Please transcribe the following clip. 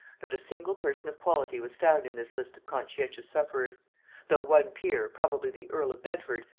not a single person of quality was found in this list of conscientious sufferers though one peer, probably the earl of bedford,